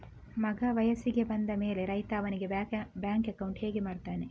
ಮಗ ವಯಸ್ಸಿಗೆ ಬಂದ ಮೇಲೆ ರೈತ ಅವನಿಗೆ ಬ್ಯಾಂಕ್ ಅಕೌಂಟ್ ಹೇಗೆ ಮಾಡ್ತಾನೆ?